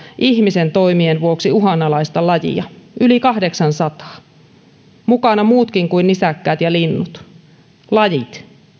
ihmisen toimien vuoksi uhanalaista lajia yli kahdeksansataa mukana muutkin kuin nisäkkäät ja linnut lajit